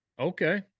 Okay